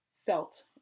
felt